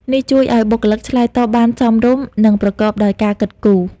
នេះជួយឱ្យបុគ្គលិកឆ្លើយតបបានសមរម្យ និងប្រកបដោយការគិតគូរ។